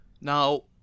Now